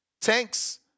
Tanks